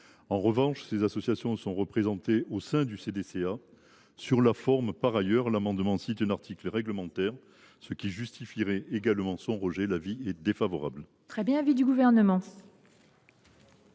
En revanche, ces associations sont représentées au sein du CDCA. Par ailleurs, sur la forme, le dispositif de l’amendement cite un article réglementaire, ce qui justifierait également son rejet. Avis défavorable.